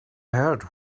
heard